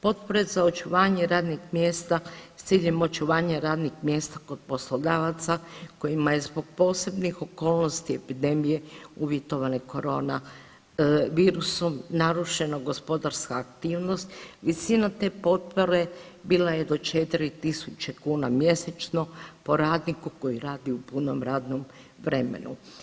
Potpore za očuvanje radnih mjesta s ciljem očuvanja radnih mjesta kod poslodavaca kojima je zbog posebnih okolnosti epidemije uvjetovanih korona virusom narušena gospodarska aktivnost, visina te potpore bila je do 4.000 kuna mjesečno po radniku koji radi u punom radnom vremenu.